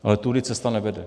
Ale tudy cesta nevede.